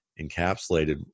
encapsulated